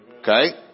Okay